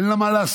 אין לה מה לעשות